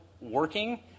working